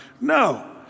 No